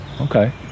okay